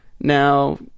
now